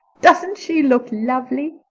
doesn't she look lovely?